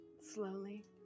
slowly